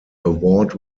award